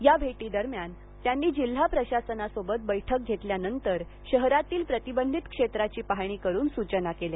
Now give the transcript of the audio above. या भेटीदरम्यान त्यांनी जिल्हा प्रशासनासोबत बैठक घेतल्यानंतर शहरातील प्रतिबंधित क्षेत्राची पाहणी करून सुचना केल्या